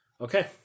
okay